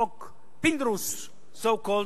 חוק פינדרוס, so called,